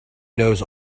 knows